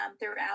throughout